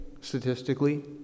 statistically